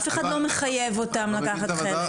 אף אחד לא מחייב אותם לקחת חלק.